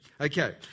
Okay